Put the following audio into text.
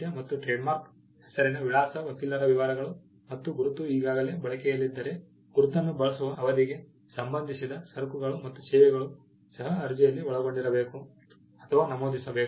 ಮತ್ತು ಟ್ರೇಡ್ಮಾರ್ಕ್ ಹೆಸರಿನ ವಿಳಾಸ ವಕೀಲರ ವಿವರಗಳು ಮತ್ತು ಗುರುತು ಈಗಾಗಲೇ ಬಳಕೆಯಲ್ಲಿದ್ದರೆ ಗುರುತನ್ನು ಬಳಸುವ ಅವಧಿಗೆ ಸಂಬಂಧಿಸಿದ ಸರಕುಗಳು ಮತ್ತು ಸೇವೆಗಳು ಸಹ ಅರ್ಜಿಯಲ್ಲಿ ಒಳಗೊಂಡಿರಬೇಕು ಅಥವಾ ನಮೂದಿಸಬೇಕು